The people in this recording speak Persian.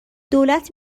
دولت